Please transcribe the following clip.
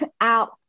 out